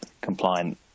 compliant